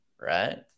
right